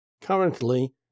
currently